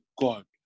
God